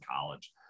college